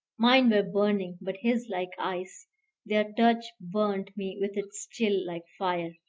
mine were burning, but his like ice their touch burnt me with its chill, like fire.